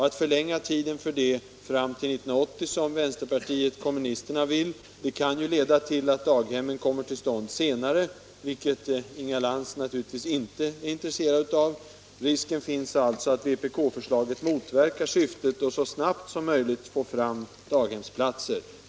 Att förlänga tiden för det fram till 1980, som vänsterpartiet kommunisterna vill, kan ju leda till att daghemmen kommer till stånd senare, vilket Inga Lantz naturligtvis inte är intresserad av. Risken finns alltså att vpk-förslaget motverkar syftet att så snabbt som möjligt få fram daghemsplatser.